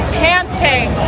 panting